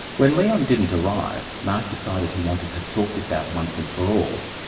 when leon didn't arrive, mark decided he wanted to sort this out once and for all.